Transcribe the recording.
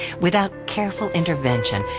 without careful intervention,